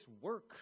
work